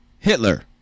Hitler